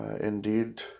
indeed